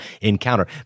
encounter